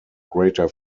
greater